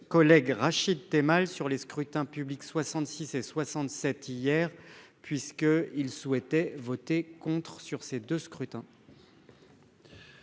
collègue Rachid Temal sur les scrutins publics 66 et 67 hier puisque ils souhaitaient voter contre sur ces 2 scrutins.